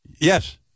Yes